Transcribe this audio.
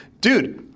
Dude